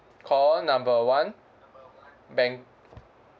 call number one bank